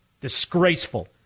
Disgraceful